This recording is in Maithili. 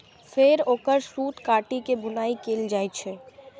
फेर ओकर सूत काटि के बुनाइ कैल जाइ छै